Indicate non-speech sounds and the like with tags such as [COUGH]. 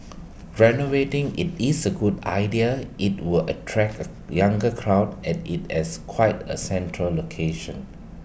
[NOISE] renovating IT is A good idea IT would attract A younger crowd as IT has quite A central location